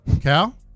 Cal